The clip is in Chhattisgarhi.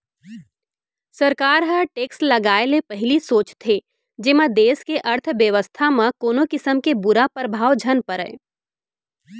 सरकार ह टेक्स लगाए ले पहिली सोचथे जेमा देस के अर्थबेवस्था म कोनो किसम के बुरा परभाव झन परय